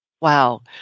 Wow